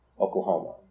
oklahoma